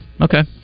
Okay